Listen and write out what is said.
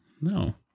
No